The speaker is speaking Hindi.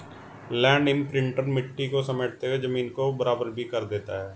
लैंड इम्प्रिंटर मिट्टी को समेटते हुए जमीन को बराबर भी कर देता है